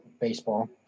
baseball